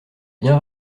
bien